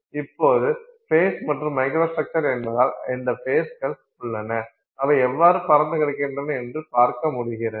இப்போது ஃபேஸ் மற்றும் மைக்ரோஸ்ட்ரக்சர் என்பதால் எந்த ஃபேஸ்கள் உள்ளன அவை எவ்வாறு பரந்துகிடக்கின்றன என்று பார்க்க முடிகிறது